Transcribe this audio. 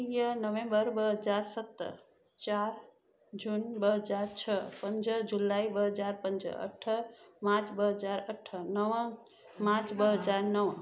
वीह नवेंबर ॿ हज़ार सत चारि जून ॿ हज़ार छह पंज जुलाई ॿ हज़ार पंज अठ मार्च ॿ हज़ार अठ नव मार्च ॿ हज़ार नव